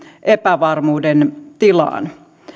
epävarmuuden tilaan